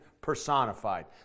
personified